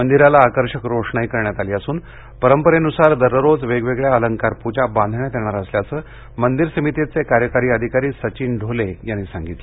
मंदिराला आकर्षक रोषणाई करण्यात आली असून परंपरेनुसार दररोज वेगवेगळ्या अलंकार पूजा बांधण्यात येणार असल्याचे मंदिर समितेचे कार्यकारी अधिकारी सचिन ढोले यांनी सांगितलं